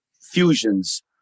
fusions